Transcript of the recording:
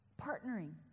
Partnering